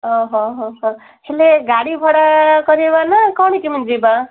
ଅ ହଁ ହଁ ହଁ ହେଲେ ଗାଡ଼ି ଭଡ଼ା କରିବା ନା କଣ କେମିତି ଯିବା